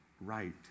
right